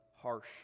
harsh